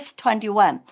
21